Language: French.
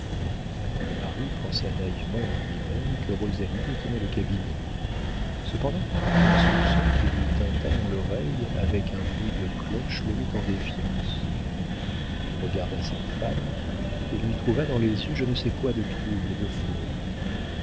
le mari pensa naïvement en lui-même que rosalie était dans le cabinet cependant un soupçon qui lui tinta dans l'oreille avec un bruit de cloches le mit en défiance il regarda sa femme et lui trouva dans les yeux je ne sais quoi de trouble et de fauve